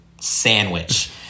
sandwich